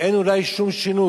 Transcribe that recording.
אין אולי שום שינוי,